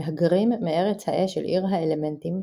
מהגרים מארץ האש אל עיר האלמנטים,